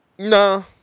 No